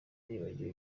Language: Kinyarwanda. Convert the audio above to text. nibagiwe